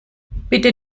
bitte